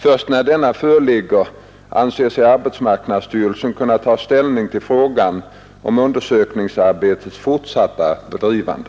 Först när denna föreligger anser sig arbetsmarknadsstyrelsen kunna ta ställning till frågan om undersökningsarbetets fortsatta bedrivande.